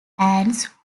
ants